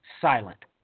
silent